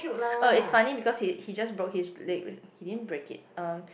oh it's funny because he he just broke his leg he didn't break it uh